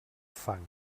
fang